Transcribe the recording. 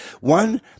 One